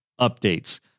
updates